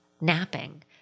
napping